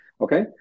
okay